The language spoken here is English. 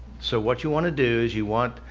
so what you want to do is, you want,